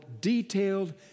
detailed